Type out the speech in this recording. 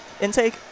intake